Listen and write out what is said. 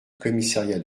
commissariat